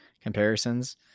comparisons